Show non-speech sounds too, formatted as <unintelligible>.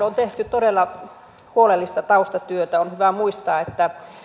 <unintelligible> on tehty todella huolellista taustatyötä on hyvä muistaa että